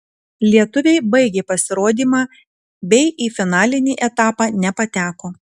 lietuviai baigė pasirodymą bei į finalinį etapą nepateko